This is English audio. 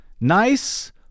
Nice